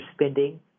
spending